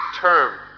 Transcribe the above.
term